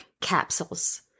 capsules